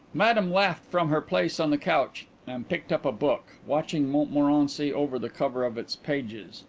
madame laughed from her place on the couch and picked up a book, watching montmorency over the cover of its pages.